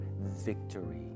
victory